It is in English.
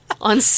on